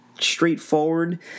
straightforward